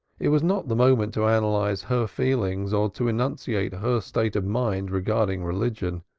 it was not the moment to analyze her feelings or to enunciate her state of mind regarding religion.